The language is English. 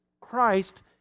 Christ